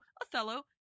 Othello